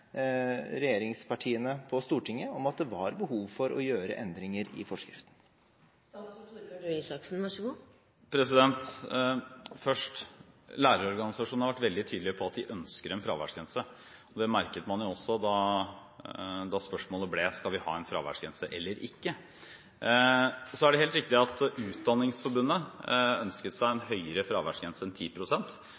regjeringspartiene på Stortinget i at det var behov for å gjøre endringer i forskriften. Først: Lærerorganisasjonene har vært veldig tydelige på at de ønsker en fraværsgrense. Det merket man også da spørsmålet ble om vi skulle ha en fraværsgrense eller ikke. Så er det helt riktig at Utdanningsforbundet ønsket seg en